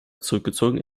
zurückgezogen